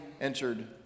entered